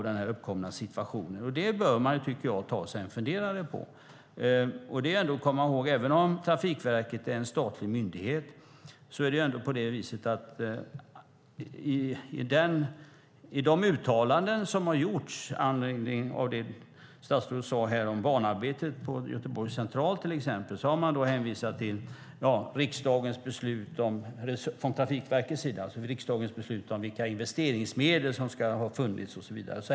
Det bör man ta sig en funderare på. Även om Trafikverket är en statlig myndighet har man från Trafikverkets sida i sina uttalanden, till exempel om banarbetet på Göteborgs central, hänvisat till riksdagens beslut om investeringsmedel och så vidare.